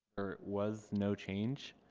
was no change,